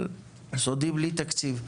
אבל סודי בלי תקציב.